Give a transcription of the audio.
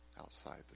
outside